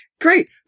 great